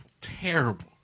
terrible –